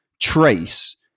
trace